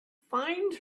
find